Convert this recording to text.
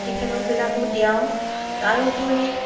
প্ৰতিষেধকবিলাকো দিয়াও তাৰ উপৰি